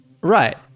Right